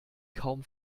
kaum